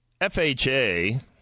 FHA